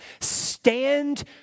stand